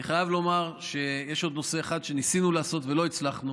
אני חייב לומר שיש עוד נושא אחד שניסינו לעשות ולא הצלחנו,